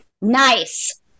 nice